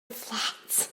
fflat